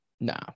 No